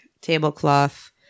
tablecloth